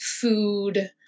food